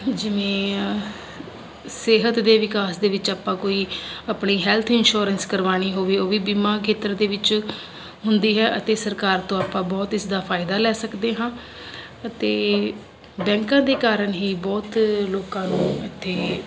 ਜਿਵੇਂ ਸਿਹਤ ਦੇ ਵਿਕਾਸ ਦੇ ਵਿੱਚ ਆਪਾਂ ਕੋਈ ਆਪਣੀ ਹੈਲਥ ਇੰਸ਼ੋਰੈਂਸ ਕਰਵਾਉਣੀ ਹੋਵੇ ਉਹ ਵੀ ਬੀਮਾ ਖੇਤਰ ਦੇ ਵਿੱਚ ਹੁੰਦੀ ਹੈ ਅਤੇ ਸਰਕਾਰ ਤੋਂ ਆਪਾਂ ਬਹੁਤ ਇਸਦਾ ਫਾਇਦਾ ਲੈ ਸਕਦੇ ਹਾਂ ਅਤੇ ਬੈਂਕਾਂ ਦੇ ਕਾਰਨ ਹੀ ਬਹੁਤ ਲੋਕਾਂ ਨੂੰ ਤਾਂ